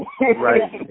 Right